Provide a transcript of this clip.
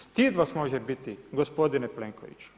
Stid vas može biti gospodine Plenkoviću.